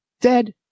Dead